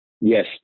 Yes